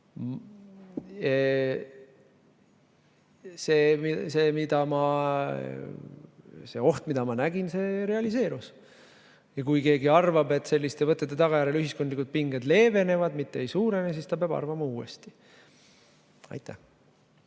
See oht, mida ma nägin, realiseerus. Ja kui keegi arvab, et selliste võtete tagajärjel ühiskondlikud pinged leevenevad, mitte ei suurene, siis ta peab arvama uuesti. Ruuben